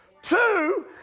Two